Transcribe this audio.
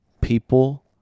people